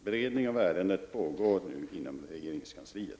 Beredning av ärendet pågår nu inom regeringskansliet.